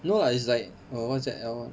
no lah it's like err what't that I want